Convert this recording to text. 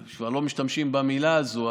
כבר לא משתמשים במילה הזאת,